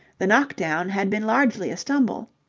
the knock-down had been largely a stumble.